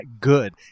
good